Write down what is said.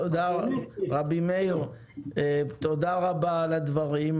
רבי מאיר, תודה רבה על הדברים.